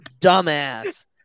Dumbass